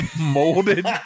molded